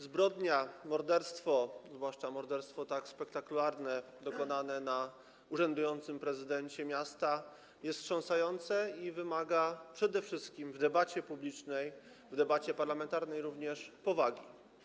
Zbrodnia, morderstwo, zwłaszcza morderstwo tak spektakularne, dokonane na urzędującym prezydencie miasta, jest wstrząsające i wymaga, przede wszystkim w debacie publicznej, w debacie parlamentarnej również, powagi.